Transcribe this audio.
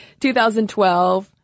2012